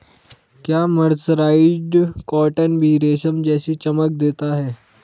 क्या mercerised cotton भी रेशम जैसी चमक देता है?